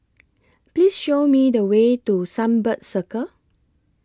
Please Show Me The Way to Sunbird Circle